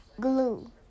glue